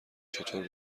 چطور